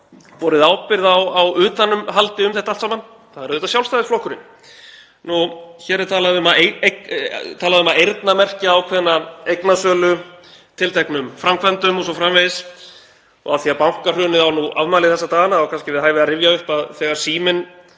borið ábyrgð á utanumhaldi um þetta allt saman? Það er auðvitað Sjálfstæðisflokkurinn. Hér er talað um að eyrnamerkja ákveðna eignasölu tilteknum framkvæmdum o.s.frv. og af því að bankahrunið á afmæli þessa dagana er kannski við hæfi að rifja upp að þegar Síminn